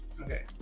Okay